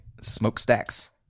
smokestacks